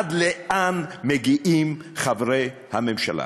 עד לאן מגיעים חברי הממשלה?